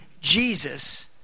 Jesus